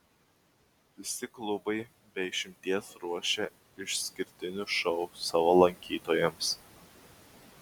visi klubai be išimties ruošia išskirtinius šou savo lankytojams